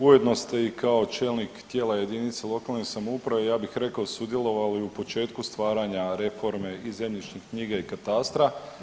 Ujedno ste i kao čelnik tijela jedince lokalne samouprave, ja bih rekao sudjelovali u početku stvaranja reforme i zemljišnih knjiga i katastra.